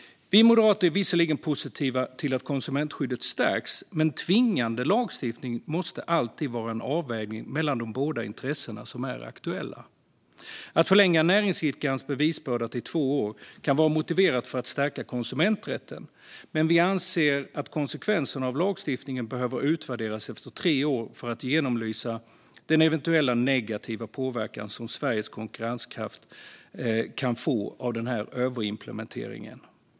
Vi moderater är visserligen positiva till att konsumentskyddet stärks, men tvingande lagstiftning måste alltid vara en avvägning mellan de båda intressen som är aktuella. Att förlänga näringsidkarens bevisbörda till två år kan vara motiverat för att stärka konsumenträtten, men vi anser att konsekvenserna av lagstiftningen behöver utvärderas efter tre år för att genomlysa den eventuella negativa påverkan på Sveriges konkurrenskraft som en överimplementering kan få.